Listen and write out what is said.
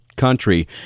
country